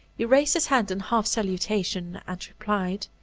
he raised his hand in half-salutation, and replied,